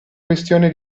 questione